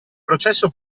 processo